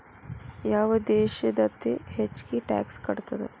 ಯಾವ್ ದೇಶ್ ಅತೇ ಹೆಚ್ಗೇ ಟ್ಯಾಕ್ಸ್ ಕಟ್ತದ?